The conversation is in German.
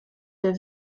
der